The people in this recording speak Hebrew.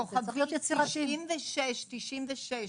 9696*,